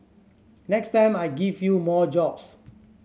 next time I give you more jobs